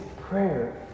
prayer